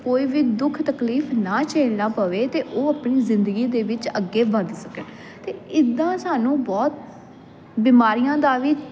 ਕੋਈ ਵੀ ਦੁੱਖ ਤਕਲੀਫ ਨਾ ਝੇਲਣਾ ਪਵੇ ਅਤੇ ਉਹ ਆਪਣੀ ਜ਼ਿੰਦਗੀ ਦੇ ਵਿੱਚ ਅੱਗੇ ਵਧ ਸਕਣ ਅਤੇ ਇੱਦਾਂ ਸਾਨੂੰ ਬਹੁਤ ਬਿਮਾਰੀਆਂ ਦਾ ਵੀ